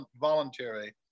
voluntary